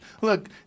look